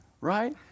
right